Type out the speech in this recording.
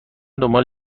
دنبال